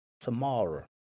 tomorrow